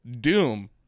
doom